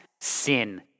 sin